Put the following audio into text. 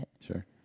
Sure